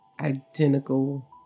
identical